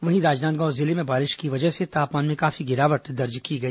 वहीं राजनांदगांव जिले में बारिश की वजह से तापमान में काफी गिरावट दर्ज की गई